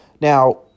Now